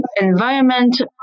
environment